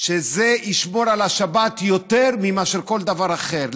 שזה ישמור על השבת יותר מאשר כל דבר אחר.